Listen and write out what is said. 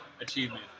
achievement